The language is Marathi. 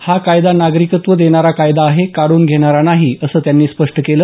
हा कायदा नागरिकत्व देणारा कायदा आहे काढून घेणारा नाही असं त्यांनी स्पष्ट केलं